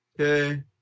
Okay